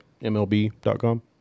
MLB.com